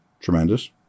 Tremendous